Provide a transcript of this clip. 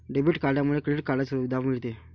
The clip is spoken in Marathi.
डेबिट कार्डमुळे क्रेडिट कार्डची सुविधा मिळते